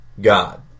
God